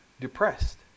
Depressed